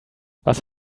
was